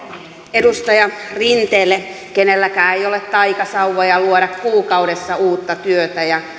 edustaja rinteelle kenelläkään ei ole taikasauvoja luoda kuukaudessa uutta työtä ja